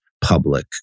public